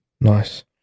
Nice